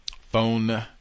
phone